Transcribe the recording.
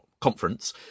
conference